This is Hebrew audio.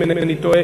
אם אינני טועה.